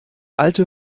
alte